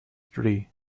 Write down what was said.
tree